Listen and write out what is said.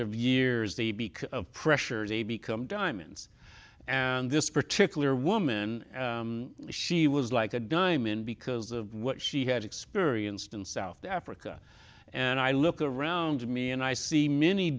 because of pressure they become diamonds and this particular woman she was like a diamond because of what she had experienced in south africa and i look around me and i see many